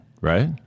right